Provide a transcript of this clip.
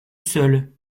seul